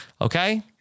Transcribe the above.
Okay